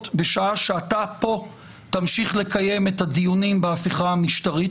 בשעה שאתה פה תמשיך לקיים את הדיונים בהפיכה המשטרית.